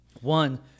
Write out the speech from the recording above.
One